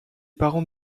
parents